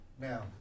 Now